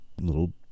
little